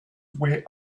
way